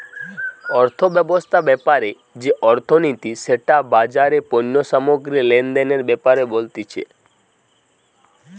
অর্থব্যবস্থা ব্যাপারে যে অর্থনীতি সেটা বাজারে পণ্য সামগ্রী লেনদেনের ব্যাপারে বলতিছে